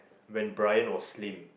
when Bryan was slim